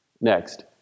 Next